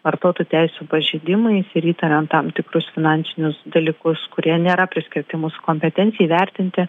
vartotojų teisių pažeidimais ir įtariant tam tikrus finansinius dalykus kurie nėra priskirti mūsų kompetencijai vertinti